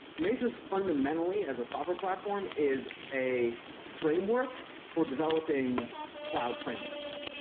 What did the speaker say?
mesos, fundamentally as a software platform, is a framework for developing cloud frameworks.